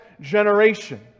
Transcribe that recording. generation